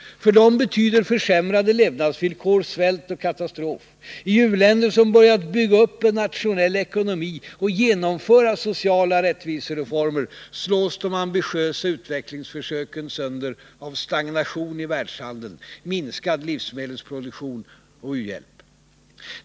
För dem betyder försämrade levnadsvillkor svält och katastrof. I u-länder som börjat bygga upp en nationell ekonomi och genomföra sociala rättvisereformer slås de ambitiösa utvecklingsförsöken sönder av stagnation i världshandeln, minskad livsmedelsproduktion och minskad u-hjälp.